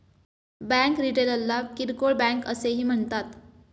bank रिटेलला किरकोळ bank असेही म्हणतात